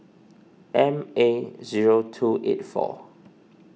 M A zero two eight four